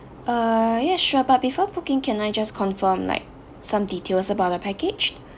uh yes sure but before booking can I just confirm like some details about the package